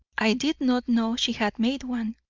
i did not know she had made one.